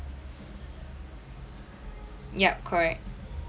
yup correct